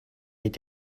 geht